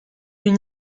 une